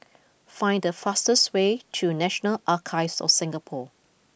find the fastest way to National Archives of Singapore